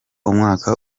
umwaka